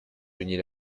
genis